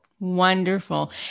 Wonderful